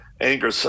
anger